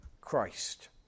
Christ